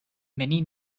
many